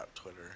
Twitter